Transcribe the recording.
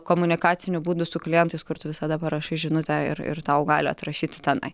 komunikacinių būdų su klientais kur tu visada parašai žinutę ir ir tau gali atrašyti tenai